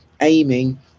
aiming